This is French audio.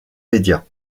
médias